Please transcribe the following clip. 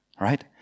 right